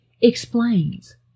explains